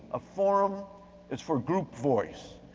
a forum is for group voice,